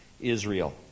israel